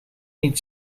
niet